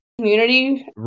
community